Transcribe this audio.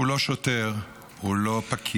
הוא לא שוטר, הוא לא פקיד,